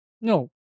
no